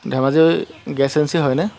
ধেমাজি গেছ এজেঞ্চি হয়নে